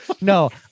No